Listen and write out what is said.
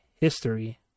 history